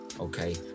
Okay